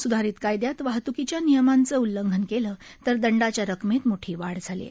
सुधारित कायदयात वाहत्कीच्या नियमांचं उल्लंघन केलं तर दंडाच्या रकमेत मोठी वाढ केली आहे